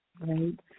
right